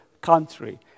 country